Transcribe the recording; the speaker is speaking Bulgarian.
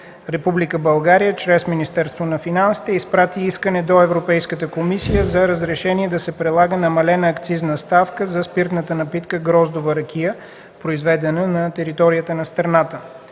Република България чрез Министерството на финансите изпрати искане до Европейската комисия за разрешение да се прилага намалена акцизна ставка за спиртната напитка „Гроздова ракия”, произведена на територията на страната.